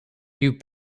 you